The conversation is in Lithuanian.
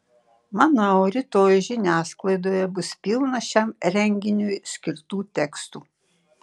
manau rytoj žiniasklaidoje bus pilna šiam renginiui skirtų tekstų